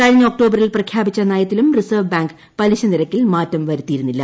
കഴിഞ്ഞ ഒക്ടോബറിൽ പ്രഖ്യാപിച്ച നയത്തിലും റിസർവ് ബാങ്ക് പലിശ നിരക്കിൽ മാറ്റം വരുത്തിയിരുന്നില്ല